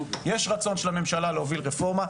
יש רצון של הממשלה להוביל רפורמה,